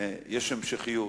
יש המשכיות.